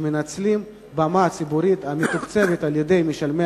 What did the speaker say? שמנצלים במה ציבורית המתוקצבת על-ידי משלמי